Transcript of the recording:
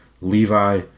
Levi